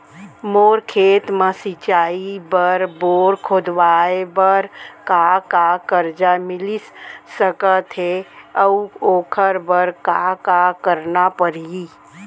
मोर खेत म सिंचाई बर बोर खोदवाये बर का का करजा मिलिस सकत हे अऊ ओखर बर का का करना परही?